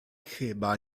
chyba